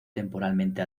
temporalmente